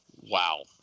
wow